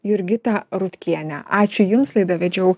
jurgitą rutkienę ačiū jums laidą vedžiau